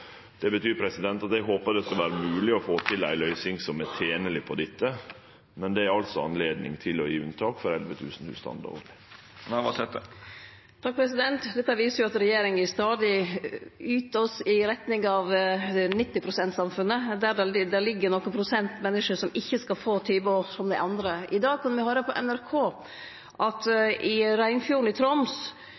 det gjeld. Det betyr at eg håpar det skal vere mogleg å få til ei løysing på dette som er tenleg, men det er altså anledning til å gje unntak for 11 000 husstandar. Dette viser at regjeringa stadig yter oss i retning av 90 pst.-samfunnet, der det ligg nokre prosent menneske som ikkje skal få tilbod som dei andre får. I dag kunne me høyre på NRK at i Reinfjorden i Troms